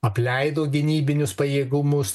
apleido gynybinius pajėgumus